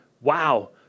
wow